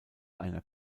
einer